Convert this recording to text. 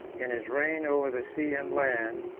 in his reign over the sea and land,